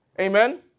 Amen